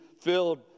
filled